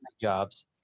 jobs